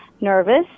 nervous